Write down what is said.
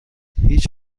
هیچ